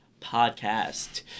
podcast